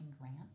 grant